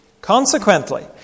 Consequently